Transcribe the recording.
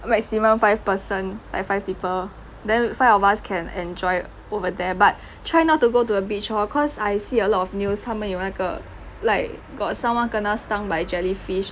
maximum five person like five people then five of us can enjoy over there but try not to go to a beach lor cause I see a lot of news 他们有那个 like got someone kena stung by jellyfish